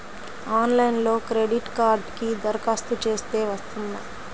ఆన్లైన్లో క్రెడిట్ కార్డ్కి దరఖాస్తు చేస్తే వస్తుందా?